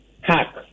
Hack